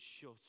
shut